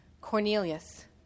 Cornelius